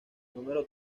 número